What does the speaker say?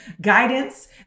guidance